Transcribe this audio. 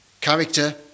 character